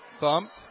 bumped